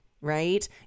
right